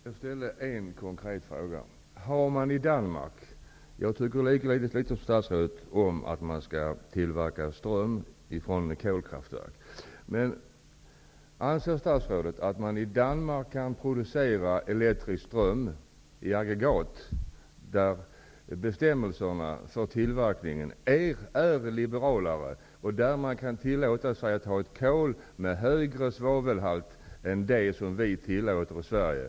Herr talman! Jag ställde en konkret fråga. Jag tycker lika illa som statsrådet om att man skall producera ström i kolkraftverk. Anser statsrådet att bestämmelserna i Danmark för produktion av elektrisk ström i aggregat är liberalare än i Sverige? Det är ju tillåtet att där använda kol med högre svavelhalt än vad som är tillåtet i Sverige.